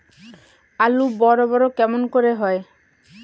আলু বড় বড় কেমন করে হয়?